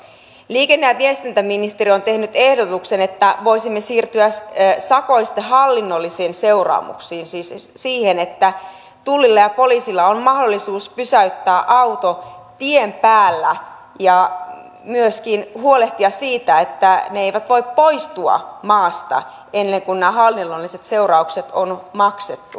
liikenne ja viestintäministeriö on tehnyt ehdotuksen että voisimme siirtyä sakoista hallinnollisiin seuraamuksiin siis siihen että tullilla ja poliisilla on mahdollisuus pysäyttää auto tien päällä ja myöskin huolehtia siitä että maasta ei voi poistua ennen kuin nämä hallinnolliset seuraukset on maksettu